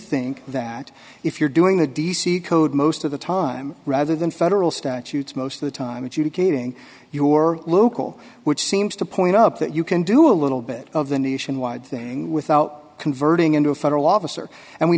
think that if you're doing the d c code most of the time rather than federal statutes most of the time it's you to creating your local which seems to point up that you can do a little bit of the nationwide thing without converting into a federal officer and we